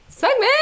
segment